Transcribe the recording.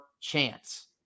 chance